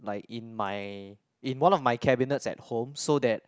like in my in one of my cabinets at home so that